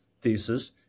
thesis